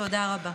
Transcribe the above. תודה רבה.